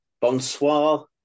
Bonsoir